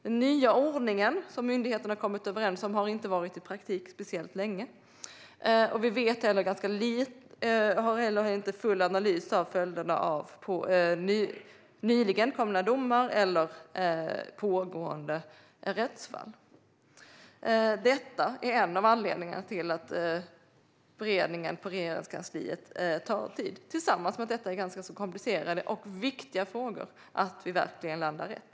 Den nya ordningen som myndigheterna har kommit överens om har inte varit i praktik speciellt länge, och vi har heller inte någon full analys av följderna av nyligen komna domar eller pågående rättsfall. Det här, tillsammans med att det rör sig om ganska komplicerade och viktiga frågor, är en av anledningarna till att beredningen på Regeringskansliet tar tid. Det är viktigt att vi verkligen landar rätt.